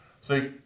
See